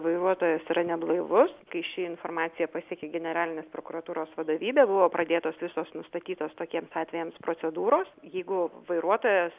vairuotojas yra neblaivus kai ši informacija pasiekė generalinės prokuratūros vadovybę buvo pradėtos visos nustatytos tokiems atvejams procedūros jeigu vairuotojas